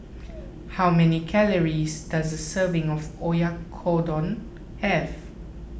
how many calories does a serving of Oyakodon have